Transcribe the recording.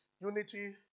unity